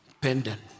pendant